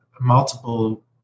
multiple